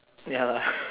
ya lah